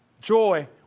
Joy